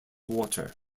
water